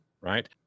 right